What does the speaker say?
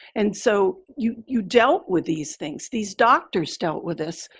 and so, you you dealt with these things. these doctors dealt with this.